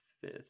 fifth